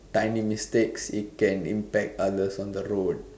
tiny mistakes it can impact others on the road